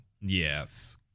Yes